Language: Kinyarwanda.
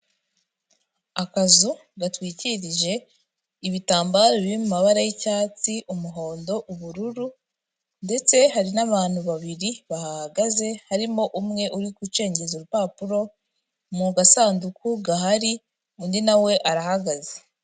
Akazu gatwikirije ibitambaro biri mu mabara y'icyatsi, umuhondo, ubururu ndetse hari n'abantu babiri bahahagaze harimo umwe uri gucengeza urupapuro mu gasanduku gahari undi na we arahagaze.